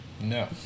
No